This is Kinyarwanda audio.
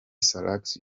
salax